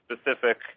specific